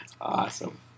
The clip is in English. Awesome